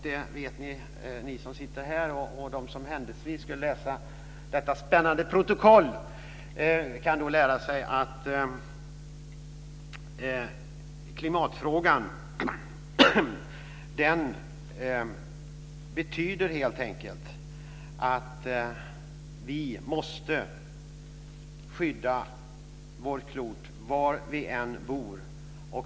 Det vet ni som sitter här. De som händelsevis skulle läsa detta spännande protokoll kan då lära sig att klimatfrågan helt enkelt betyder att vi måste skydda vårt klot var vi än bor.